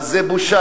אז זו בושה,